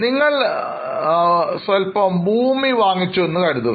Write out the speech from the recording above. നമ്മൾ കുറച്ച് ഭൂമി വാങ്ങി എന്ന് കരുതുക